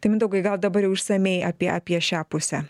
tai mindaugai gal dabar jau išsamiai apie apie šią pusę